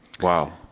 Wow